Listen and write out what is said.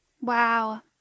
wow